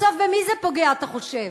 בסוף במי זה פוגע, אתה חושב?